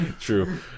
True